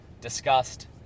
discussed